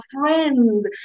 friends